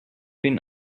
been